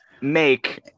make